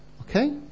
okay